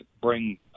bring